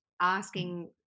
asking